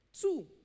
Two